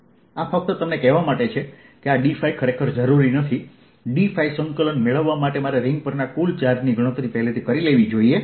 આ ફક્ત તમને કહેવા માટે છે કે આ dϕ ખરેખર જરૂરી નથી dϕ સંકલન મેળવવા મારે રીંગ પરના કુલ ચાર્જની ગણતરી પહેલાથી કરી લેવી જોઈએ